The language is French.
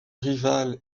rival